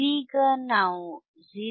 ಇದೀಗ ನಾವು 0